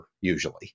usually